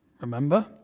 Remember